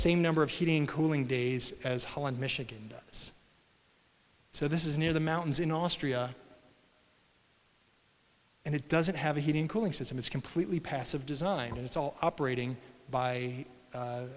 same number of heating cooling days as holland michigan is so this is near the mountains in austria and it doesn't have a heating cooling system it's completely passive design it's all operating by